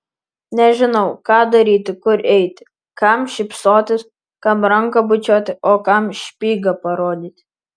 nežinau ką daryti kur eiti kam šypsotis kam ranką bučiuoti o kam špygą parodyti